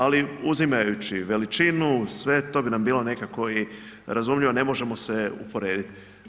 Ali uzimajući veličinu, sve to, bi nam bilo nekako i razumljivo ne možemo se usporediti.